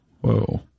Whoa